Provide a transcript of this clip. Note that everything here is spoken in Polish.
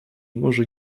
może